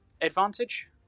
advantage